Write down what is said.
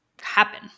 happen